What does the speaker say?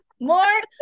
more